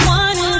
one